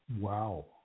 Wow